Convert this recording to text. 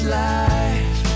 life